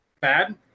bad